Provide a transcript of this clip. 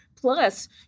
plus